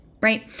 right